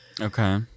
Okay